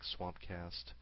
Swampcast